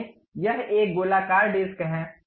लेकिन यह एक गोलाकार डिस्क है